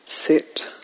Sit